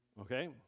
Okay